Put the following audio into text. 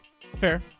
Fair